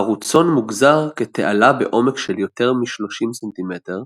ערוצון מוגזר כתעלה בעומק של יותר מ-30 ס"מ,